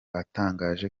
atangaje